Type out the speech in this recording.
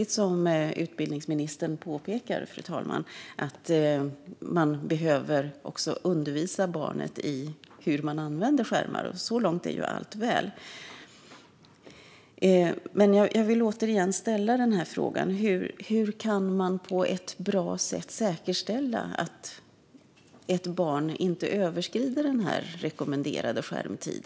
Precis som utbildningsministern påpekar är det därför viktigt att undervisa barn i hur de ska använda skärmar. Så långt är allt väl. Låt mig åter ställa frågan: Hur kan man på ett bra sätt säkerställa att ett barn inte överskrider WHO:s rekommenderade skärmtid?